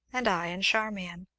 and i in charmian.